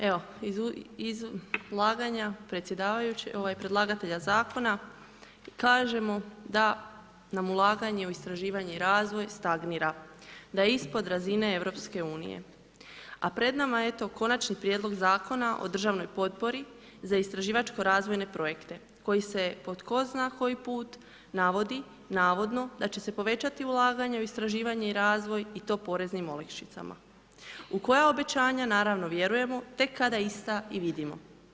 Evo iz izlaganja predlagatelja zakona i kažemo da nam ulaganje u istraživanje i razvoj stagnira, da je ispod razine EU, a pred nama je konačni prijedlog Zakona o državnoj potpori za istraživačko razvojne projekte koji se po tko zna koji put navodi navodno da će se povećati ulaganje u istraživanje i razvoj i to poreznim olakšicama, u koja obećanja naravno vjerujemo tek kada ista i vidimo.